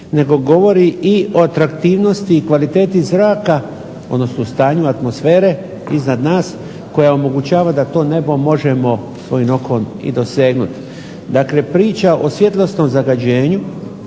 nego govori i o atraktivnosti i kvaliteti zraka odnosno stanju atmosfere iznad nas koja omogućava da to nebo možemo svojim okom i dosegnuti. Dakle, priča o svjetlosnom zagađenju